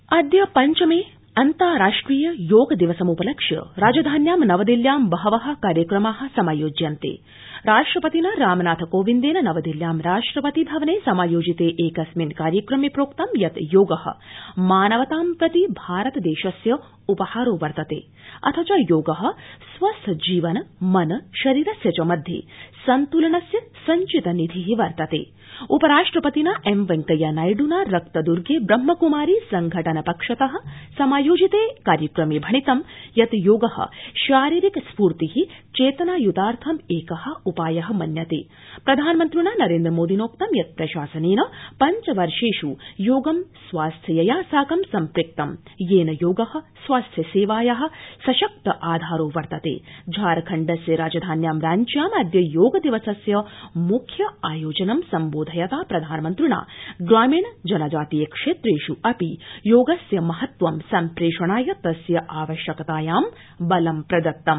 योग अद्य पञ्चम अन्ताराष्ट्रिय योग दिवसम्पलक्ष्य राजधान्यां नवदिल्ल्यां बहव कार्यक्रमा समायोज्यन्त राष्ट्रपतिना रामनाथकोविन्दर्भ मेवदिल्ल्यां राष्ट्रपति भवन स्मिमायोजित स्क्रिस्मन् कार्यक्रम प्रिक्त यत् योग मानवतां प्रति भारतदृष्पिय उपहारो वर्तत स अथ च योग स्वस्थ जीवन मन शरीरस्य च मध्य ित्रेतलनस्य संचित निधि वर्तत उपराष्ट्रपतिना एम वेंकैया नायडुना रक्तदुगे ब्रह्मकुमारी संघ ि पक्षत समायोजित किार्यक्रम स्रिणितं यत् योग शारीरिक स्फूर्ति चत्तियुतार्थम् एक उपाय मन्यत स्रिधानमन्त्रिणा नरछिमोदिनोक्तं यत् प्रशासनः पञ्चवर्षेष् योगं स्वास्थ्यया साकं सम्पृक्तम् यद्व योग स्वास्थ्य सद्व या सशक्त आधारो वर्ततः झारखण्डस्य राजधान्यां राज्य्याम् अद्य योग दिवसस्य मुख्य आयोजनं सम्बोधयता प्रधानमन्त्रिणा ग्रामीण जनजातीय क्षद्य अपि योगस्य महत्वं सम्प्रध्याणाय तस्य आवश्यकतायां बलं प्रदत्तम्